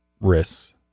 risks